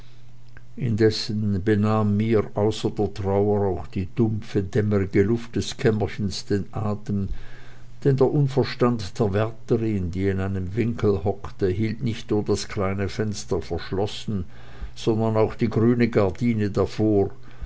außer der trauer auch die dumpfe dämmerige luft des kämmerchens den atem denn der unverstand der wärterin die in einem winkel hockte hielt nicht nur das kleine fenster verschlossen sondern auch die grüne gardine davor